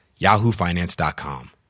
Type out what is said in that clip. yahoofinance.com